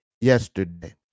yesterday